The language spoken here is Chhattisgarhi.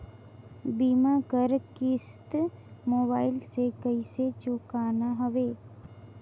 बीमा कर किस्त मोबाइल से कइसे चुकाना हवे